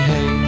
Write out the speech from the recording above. Hey